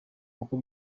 uko